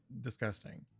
disgusting